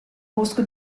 bosco